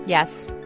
yes?